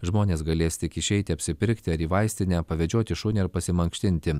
žmonės galės tik išeiti apsipirkti ar į vaistinę pavedžioti šunį ar pasimankštinti